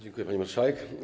Dziękuję, pani marszałek.